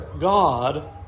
God